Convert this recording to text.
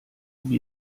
wie